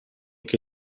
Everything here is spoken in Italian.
che